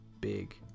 big